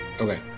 Okay